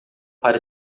para